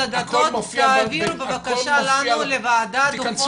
תעביר לנו לוועדה בבקשה את הדוחות.